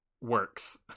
works